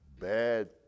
bad